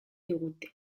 digute